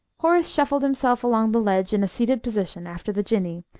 horace shuffled himself along the ledge in a seated position after the jinnee,